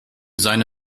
seine